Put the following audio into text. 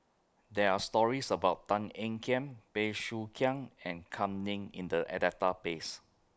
There Are stories about Tan Ean Kiam Bey Soo Khiang and Kam Ning in The Database